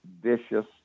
vicious